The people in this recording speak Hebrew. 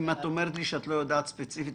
אם את אומרת לי שאת לא יודעת ספציפית,